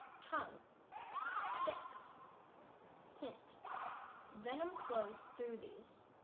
tongue six hint venom flows through these